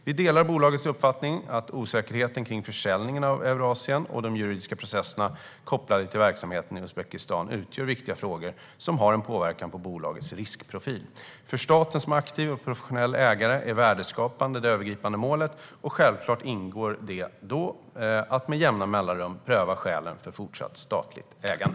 Vi delar bolagets uppfattning att osäkerheten kring försäljningen av verksamheterna i Eurasien och de juridiska processerna kopplade till verksamheten i Uzbekistan utgör viktiga frågor som har en påverkan på bolagets riskprofil. För staten som aktiv och professionell ägare är värdeskapande det övergripande målet, och självklart ingår det då att med jämna mellanrum pröva skälen för fortsatt statligt ägande.